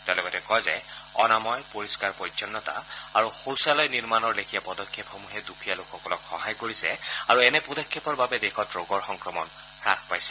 তেওঁ লগতে কয় যে অনাময় পৰিস্কাৰ পৰিচন্নতা আৰু শৌচালয় বা শৌচাগাৰ নিৰ্মাণৰ লেখীয়া পদক্ষেপসমূহে দুখীয়া লোকসকলক সহায় কৰিছে আৰু এনে পদক্ষেপৰ বাবে দেশত ৰোগৰ সংক্ৰমণ হ্ৰাস পাইছে